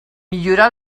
millorar